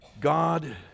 God